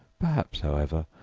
perhaps, however,